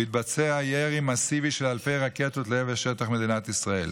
והתבצע ירי מסיבי של אלפי רקטות לעבר שטח מדינת ישראל.